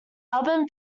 album